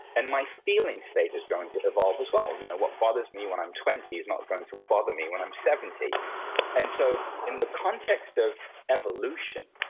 and my feeling state is going to evolve as well, you know? what bothers me when i'm twenty is not going to bother me when i'm seventy point and so, in the context of evolution,